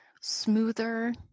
smoother